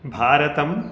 भारतम्